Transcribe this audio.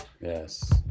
yes